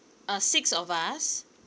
uh six of us